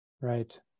Right